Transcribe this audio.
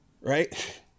right